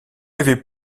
avait